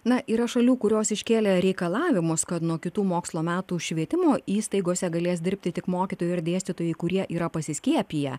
na yra šalių kurios iškėlė reikalavimus kad nuo kitų mokslo metų švietimo įstaigose galės dirbti tik mokytojai ir dėstytojai kurie yra pasiskiepiję